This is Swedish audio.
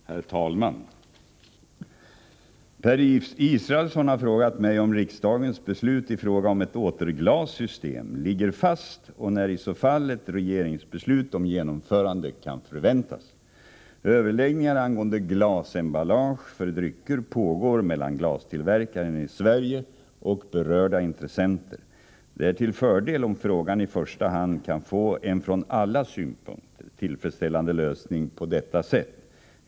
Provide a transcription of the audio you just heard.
Herr talman! Per Israelsson har frågat mig om riksdagens beslut i fråga om ett återglassystem ligger fast och när i så fall ett regeringsbeslut om genomförande kan förväntas. Överläggningar angående glasemballage för drycker pågår mellan glastillverkaren i Sverige och berörda intressenter. Det är till fördel om frågan i första hand kan få en från alla synpunkter tillfredsställande lösning på detta sätt.